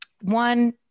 one